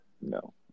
no